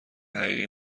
حقیقی